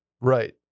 Right